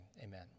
amen